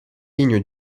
lignes